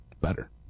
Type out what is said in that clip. better